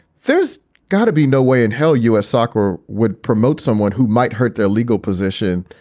there's got to be no way in hell u s. soccer would promote someone who might hurt their legal position.